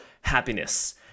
happiness